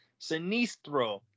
Sinistro